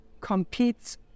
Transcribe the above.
competes